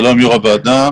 שלום יושבת ראש הוועדה,